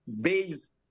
based